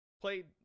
played